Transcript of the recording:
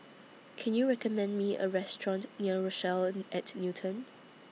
Can YOU recommend Me A Restaurant near Rochelle At Newton